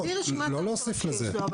לא להוסיף לזה.